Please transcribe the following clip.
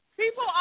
People